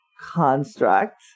construct